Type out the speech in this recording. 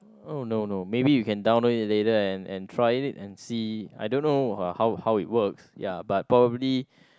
oh no no maybe you can download it later and and try it and see I don't know how how it works ya but probably